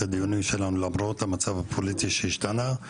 הדיונים שלנו למרות המצב הפוליטי שהשתנה.